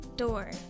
Door